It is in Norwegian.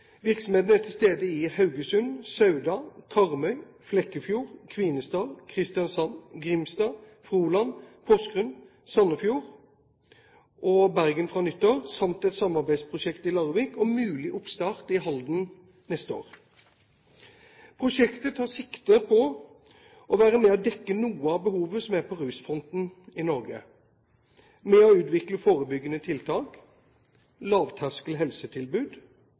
Virksomheten er til stede i Haugesund, Sauda, Karmøy, Flekkefjord, Kvinesdal, Kristiansand, Grimstad, Froland, Porsgrunn, Sandefjord og i Bergen fra nyttår, samt ar det er et samarbeidsprosjekt i Larvik og mulig oppstart av et prosjekt i Halden neste år. Prosjektet tar sikte på å være med og dekke noe av behovet på rusfronten i Norge, ved å utvikle forebyggende tiltak, lavterskel helsetilbud,